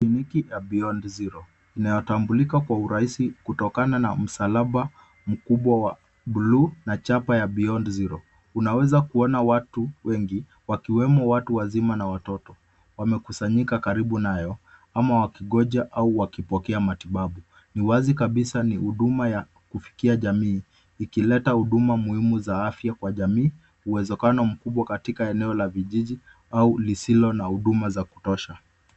Kliniki ya Beyond zero inayotambulika kwa urahisi kutokana na msalaba mkubwa wa buluu na chapa ya Beyond zero. Unaweza kuona watu wengi, wakiwemo watu wazima na watoto. Wamekusanyika karibu nayo ama wakingoja au wakipokea matibabu. Ni wazi kabisa ni huduma ya kufikia jamii. Ikileta huduma muhimu za afya kwa jamii ,uwezekano mkubwa katika eneo la vijiji au lisilo na huduma za kutosha.